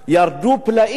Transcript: ירדו פלאים,